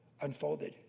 unfolded